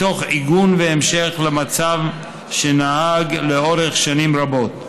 מתוך עיגון והמשך למצב שנהג לאורך שנים רבות.